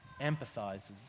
empathizes